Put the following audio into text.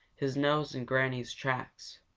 his nose in granny's track.